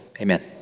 Amen